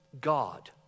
God